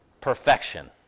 perfection